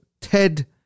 ted